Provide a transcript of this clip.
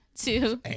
two